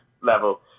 level